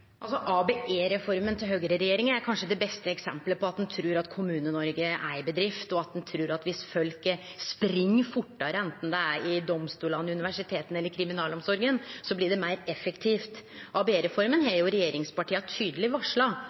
til høgreregjeringa er kanskje det beste eksempelet på at ein trur at Kommune-Noreg er ei bedrift, og at ein trur at viss folk spring fortare, anten det er i domstolane, på universiteta eller i kriminalomsorga, blir det meir effektivt. ABE-reforma har jo regjeringspartia tydeleg varsla